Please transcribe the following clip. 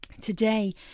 Today